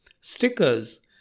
stickers